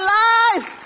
life